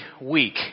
week